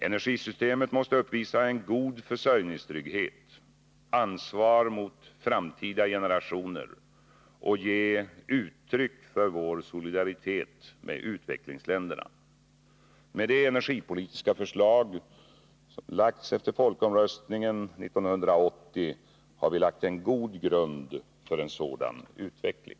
Energisystemet måste uppvisa en god försörjningstrygghet och ansvar mot framtida generationer samt ge uttryck för vår solidaritet med utvecklingsländerna. Med det energipolitiska förslag som lagts fram efter folkomröstningen 1980 har vi skapat en god grund för en sådan utveckling.